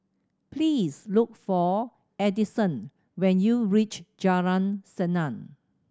please look for Addison when you reach Jalan Senang